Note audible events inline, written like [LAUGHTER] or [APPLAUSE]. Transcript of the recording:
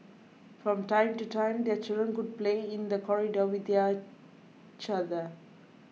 from time to time their children would play in the corridor with [HESITATION] each other